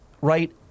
right